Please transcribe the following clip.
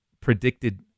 predicted